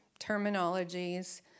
terminologies